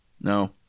No